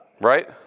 Right